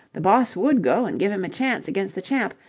the boss would go and give him a chance against the champ,